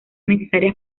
necesarias